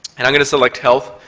and i'm going to select health,